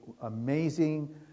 amazing